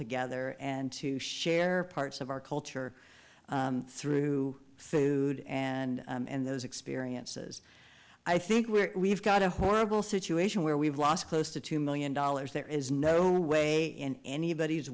together and to share parts of our culture through food and those experiences i think we're we've got a horrible situation where we've lost close to two million dollars there is no way in anybody's